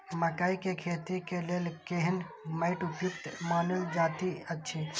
मकैय के खेती के लेल केहन मैट उपयुक्त मानल जाति अछि?